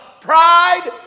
Pride